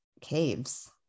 caves